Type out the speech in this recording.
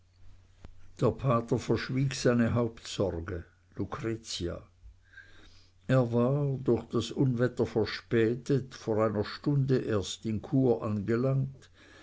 der pater verschwieg seine hauptsorge lucretia er war durch das unwetter verspätet vor einer stunde erst in chur angelangt